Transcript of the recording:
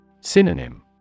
Synonym